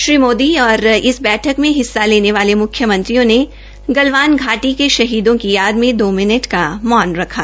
श्री मोदी और इस बैठक में हिस्सा लेने वाले मुख्यमंत्रियों ने गलवान घाटी के शहीदों को याद में दो मिनट का मौन रखा